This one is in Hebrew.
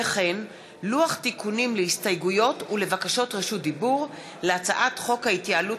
וכן לוח תיקונים להסתייגויות ולבקשות רשות דיבור להצעת חוק ההתייעלות